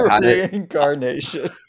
Reincarnation